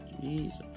Jesus